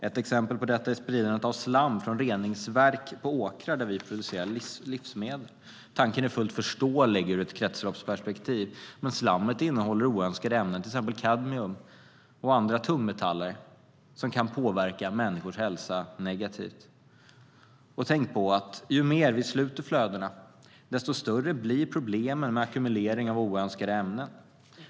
Ett exempel på detta är spridandet av slam från reningsverk på åkrar där vi producerar livsmedel. Tanken är fullt förståelig ur ett kretsloppsperspektiv, men slammet innehåller oönskade ämnen - till exempel kadmium och andra tungmetaller - som kan påverka människors hälsa negativt. Tänk också på att ju mer vi sluter flödena, desto större blir problemen med ackumulering av oönskade ämnen.